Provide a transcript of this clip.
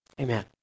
Amen